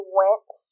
went